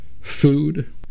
food